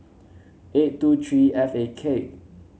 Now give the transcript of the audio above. eight two three F A K